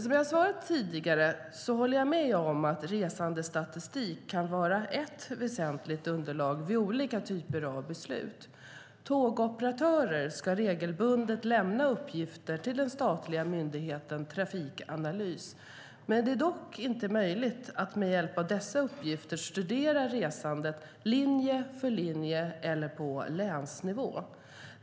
Som jag har svarat tidigare håller jag med om att resandestatistik kan vara ett väsentligt underlag vid olika typer av beslut. Tågoperatörer ska regelbundet lämna uppgifter till den statliga myndigheten Trafikanalys. Men det är dock inte möjligt att med hjälp av dessa uppgifter studera resandet linje för linje eller på länsnivå.